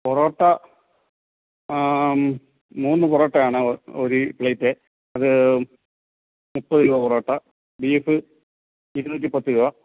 പൊറോട്ട മൂന്ന് പൊറോട്ടയാണ് ഒരു പ്ലേറ്റ് അത് മുപ്പതു രൂപ പൊറോട്ട ബീഫ് ഇരുന്നൂറ്റി പത്തു രൂപ